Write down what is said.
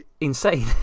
insane